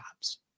jobs